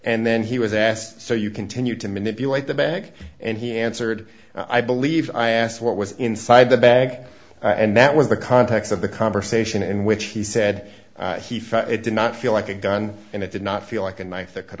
and then he was asked so you continued to manipulate the bag and he answered i believe i asked what was inside the bag and that was the context of the conversation in which he said he felt it did not feel like a gun and it did not feel like a kni